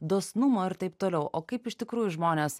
dosnumo ir taip toliau o kaip iš tikrųjų žmonės